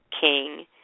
King